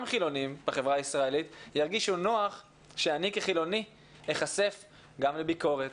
חילוניים בחברה הישראלית ירגישו נוח שאני כחילוני אחשוף גם לביקורת.